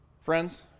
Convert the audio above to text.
friends